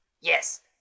Yes